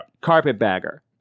Carpetbagger